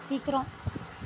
சீக்கிரம்